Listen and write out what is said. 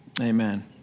amen